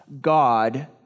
God